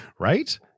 Right